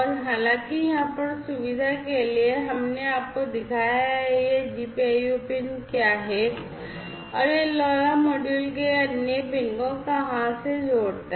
और हालाँकि यहाँ पर सुविधा के लिए हमने आपको दिखाया है कि यह GPIO पिन क्या है और यह LoRa मॉड्यूल के अन्य पिन को कहाँ से जोड़ता है